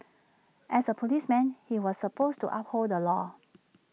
as A policeman he was supposed to uphold the law